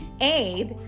Abe